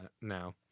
now